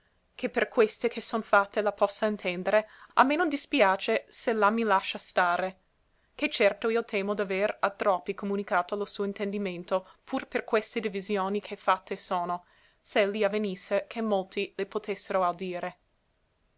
che per queste che sono fatte la possa intendere a me non dispiace se la mi lascia stare ché certo io temo d'avere a troppi comunicato lo suo intendimento pur per queste divisioni che fatte sono s'elli avvenisse che molti le potessero audire